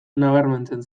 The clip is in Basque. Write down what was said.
nabarmentzen